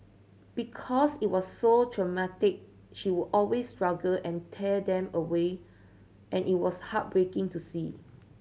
because it was so traumatic she would always struggle and tear them away and it was heartbreaking to see